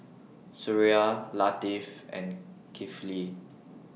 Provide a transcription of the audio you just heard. Suraya Latif and Kifli